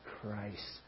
Christ